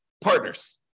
partners